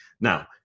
Now